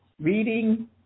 reading